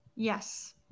Yes